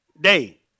day